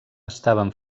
estaven